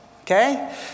okay